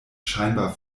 scheinbar